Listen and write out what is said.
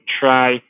try